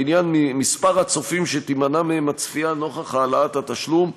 לעניין מספר הצופים שתימנע מהם הצפייה נוכח העלאת התשלום,